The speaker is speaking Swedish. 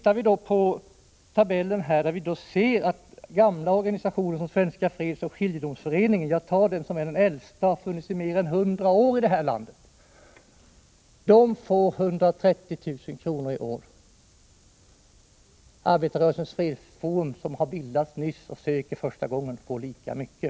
Av tabellen framgår vidare att gamla organisationer som Svenska fredsoch skiljedomsföreningen — jag tar den som exempel, för den har funnits i mer än 100 år här i landet — får 130 000 kr. i år. Arbetarrörelsens fredsforum, som nyss har bildats och söker anslag för första gången, får lika mycket!